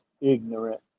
ignorant